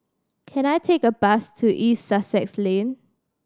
can I take a bus to East Sussex Lane